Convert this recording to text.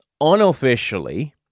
Unofficially